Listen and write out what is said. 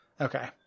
Okay